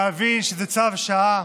להבין שזה צו שעה.